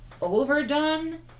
overdone